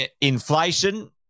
inflation